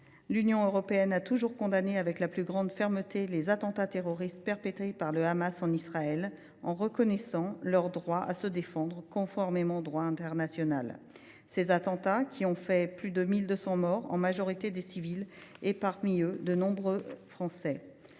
l’Union européenne a toujours condamné avec la plus grande fermeté les attentats terroristes perpétrés par le Hamas en Israël, en reconnaissant aux Israéliens leur droit à se défendre, conformément au droit international. Ces attentats ont fait plus de 1 200 morts, en majorité des civils parmi lesquels se trouvent de nombreux Français.